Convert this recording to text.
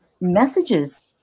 messages